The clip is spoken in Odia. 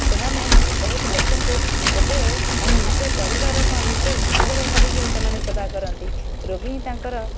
ସେମାନେ ବହୁତ ଲୋକଙ୍କୁ କେବେ ମାନେ ନିଜ ପରିବାର କ'ଣ ନିଜ ନିଜର ଭାବିକରି ସେମାନେ ସେବା କରନ୍ତି ରୋଗୀ ହିଁ ତାଙ୍କର